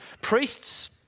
priests